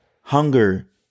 Hunger